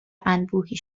انبوهی